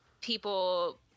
people